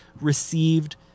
received